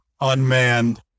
unmanned